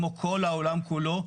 כמו כל העולם כולו,